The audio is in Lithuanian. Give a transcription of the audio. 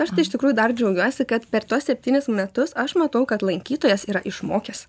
aš tai iš tikrųjų dar džiaugiuosi kad per tuos septynis metus aš matau kad lankytojas yra išmokęs